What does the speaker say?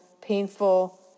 painful